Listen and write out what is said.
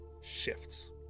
shifts